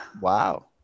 Wow